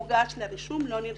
הוגש לרישום, לא נרשם.